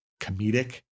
comedic